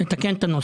יש